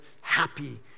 happy